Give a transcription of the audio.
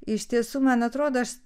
iš tiesų man atrodo aš